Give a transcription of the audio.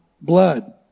blood